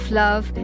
love